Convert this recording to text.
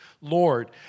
Lord